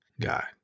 guy